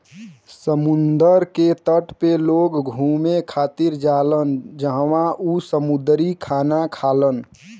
समुंदर के तट पे लोग घुमे खातिर जालान जहवाँ उ समुंदरी खाना खालन